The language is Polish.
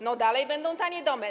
No, dalej będą tanie domy.